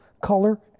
color